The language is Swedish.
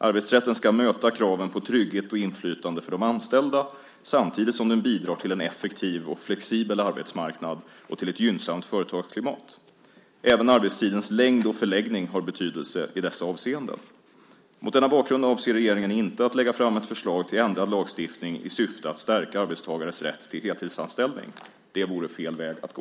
Arbetsrätten ska möta kraven på trygghet och inflytande för de anställda, samtidigt som den bidrar till en effektiv och flexibel arbetsmarknad och till ett gynnsamt företagsklimat. Även arbetstidens längd och förläggning har betydelse i dessa avseenden. Mot denna bakgrund avser regeringen inte att lägga fram ett förslag till ändrad lagstiftning i syfte att stärka arbetstagares rätt till heltidsanställning. Det vore fel väg att gå.